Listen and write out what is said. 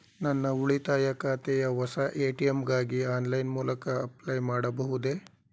ನನ್ನ ಉಳಿತಾಯ ಖಾತೆಯ ಹೊಸ ಎ.ಟಿ.ಎಂ ಗಾಗಿ ಆನ್ಲೈನ್ ಮೂಲಕ ಅಪ್ಲೈ ಮಾಡಬಹುದೇ?